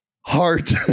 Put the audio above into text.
heart